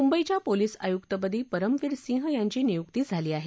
मुंबईच्या पोलीस आयुक्तपदी परमवीर सिंह यांची नियुक्ती झाली आहे